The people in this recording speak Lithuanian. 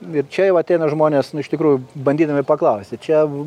ir čia jau ateina žmonės iš tikrųjų bandydami paklausti čia